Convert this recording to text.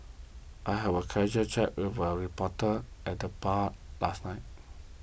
I had a casual chat with a reporter at the bar last night